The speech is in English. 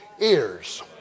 ears